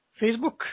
Facebook